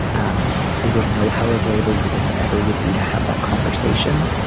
um i don't know how available your dad ever would be to have that conversation.